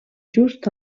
just